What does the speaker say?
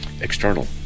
external